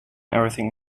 everything